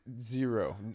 zero